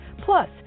Plus